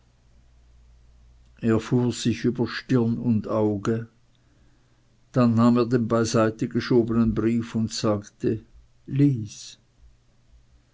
sich über stirn und auge dann nahm er den beiseite geschobenen brief und sagte lies